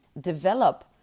develop